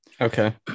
okay